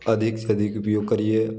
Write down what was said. अधिक से अधिक उपयोग करिए